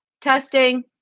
Testing